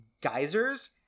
geysers